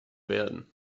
werden